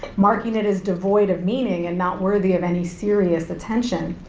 marking it as devoid of meaning and not worthy of any serious attention.